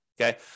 Okay